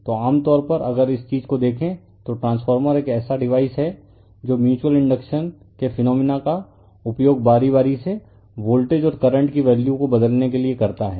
तो आम तौर पर अगर इस चीज को देखें तो ट्रांसफॉर्मर एक ऐसा डिवाइस है जो म्यूच्यूअल इंडक्शन के फिनोमिना का उपयोग बारी बारी से वोल्टेज और करंट की वैल्यू को बदलने के लिए करता है